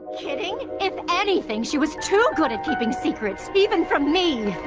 kidding if anything she was too good at keeping secrets, even from me